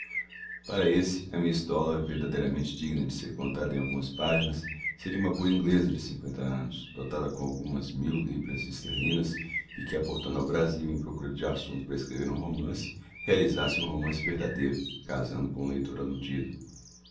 para esse a miss dollar verdadeiramente digna de ser contada em algumas páginas seria uma boa inglesa de cinqüenta anos dotada com algumas mil libras esterlinas e que aportando ao brasil em procura de assunto para escrever um romance realizasse um romance verdadeiro casando com o leitor